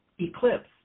eclipse